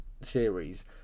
series